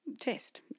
test